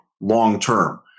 long-term